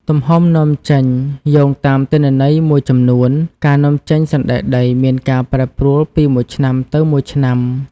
ទំហំនាំចេញ យោងតាមទិន្នន័យមួយចំនួន ការនាំចេញសណ្តែកដីមានការប្រែប្រួលពីមួយឆ្នាំទៅមួយឆ្នាំ។